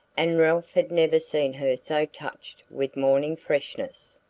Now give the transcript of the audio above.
and ralph had never seen her so touched with morning freshness.